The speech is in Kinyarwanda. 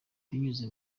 binyuze